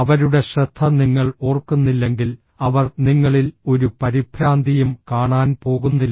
അവരുടെ ശ്രദ്ധ നിങ്ങൾ ഓർക്കുന്നില്ലെങ്കിൽ അവർ നിങ്ങളിൽ ഒരു പരിഭ്രാന്തിയും കാണാൻ പോകുന്നില്ല